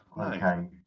Okay